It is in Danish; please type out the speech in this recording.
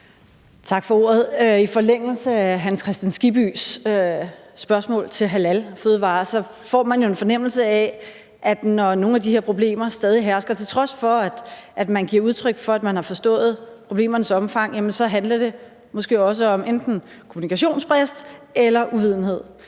Tak for ordet. I forlængelse af hr. Hans Kristian Skibbys spørgsmål om halalfødevarer må jeg sige, at jeg jo får en fornemmelse af, at når nogle af de her problemer stadig hersker, til trods for at man giver udtryk for, at man forstået problemernes omfang, handler det måske også om enten kommunikationsbrist eller uvidenhed.